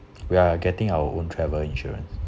we are getting our own travel insurance